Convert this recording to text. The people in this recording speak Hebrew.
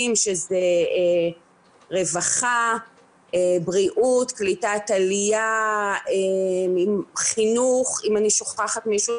לראות איך השטח מתנהג ולהיות ערוכים לכל השינויים